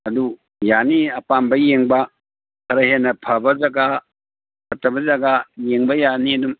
ꯑꯗꯨ ꯌꯥꯅꯤ ꯑꯄꯥꯝꯕ ꯌꯦꯡꯕ ꯈꯔ ꯍꯦꯟꯅ ꯐꯕ ꯖꯥꯒꯥ ꯐꯠꯇꯕ ꯖꯥꯒꯥ ꯌꯦꯡꯕ ꯌꯥꯅꯤ ꯑꯗꯨꯝ